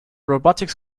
robotics